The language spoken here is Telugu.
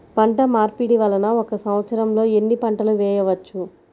పంటమార్పిడి వలన ఒక్క సంవత్సరంలో ఎన్ని పంటలు వేయవచ్చు?